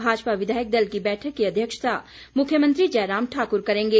भाजपा विधायक दल की बैठक की अध्यक्षता मुख्यमंत्री जयराम ठाकुर करेंगे